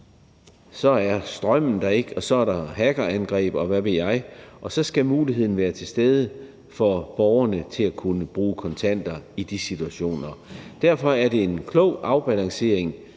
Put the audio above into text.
så er strømmen der ikke, så er der hackerangreb, og hvad ved jeg, og så skal muligheden være til stede for borgerne for at kunne bruge kontanter i de situationer. Derfor er det en klog afbalancering